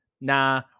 Nah